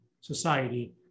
society